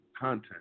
content